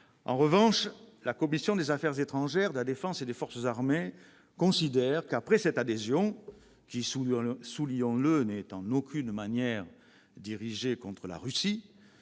En revanche, la commission des affaires étrangères, de la défense et des forces armées considère que, après cette adhésion, qui, soulignons-le, n'est en aucune manière dirigée contre la Russie,